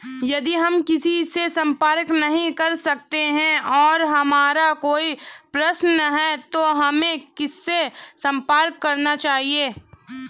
यदि हम किसी से संपर्क नहीं कर सकते हैं और हमारा कोई प्रश्न है तो हमें किससे संपर्क करना चाहिए?